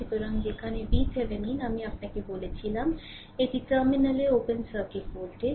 সুতরাং যেখানে VThevenin আমি আপনাকে বলেছিলাম এটি টার্মিনালে ওপেন সার্কিট ভোল্টেজ